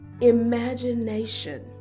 imagination